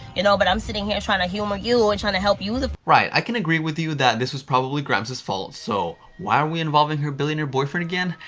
you know? but i'm sitting here trying to humor you and trying to help you the right, i can agree with you that this was probably grime's fault, so why are we involving her billionaire boyfriend again?